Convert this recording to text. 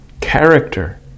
character